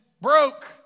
broke